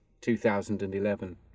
2011